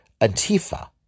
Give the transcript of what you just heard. Antifa